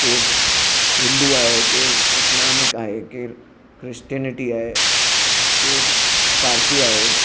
केरु हिंदू आहे केरु इस्लामिक आहे केरु क्रिस्टेनिटी आहे केरु पारसी आहे